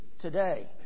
today